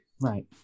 Right